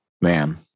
man